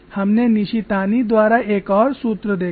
हमने निशितानी द्वारा एक और सूत्र देखा